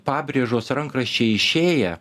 pabrėžos rankraščiai išėję